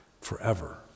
forever